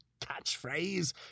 catchphrase